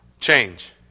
Change